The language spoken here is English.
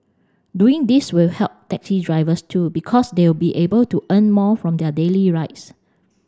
doing this will help taxi drivers too because they'll be able to earn more from their daily rides